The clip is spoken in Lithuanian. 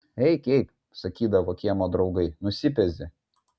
eik eik sakydavo kiemo draugai nusipezi